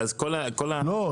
לא,